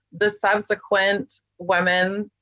the subsequent women,